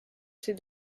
ses